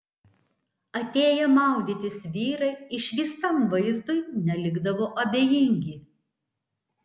atėję maudytis vyrai išvystam vaizdui nelikdavo abejingi